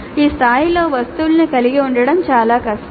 ఈ స్థాయిలో వస్తువులను కలిగి ఉండటం చాలా కష్టం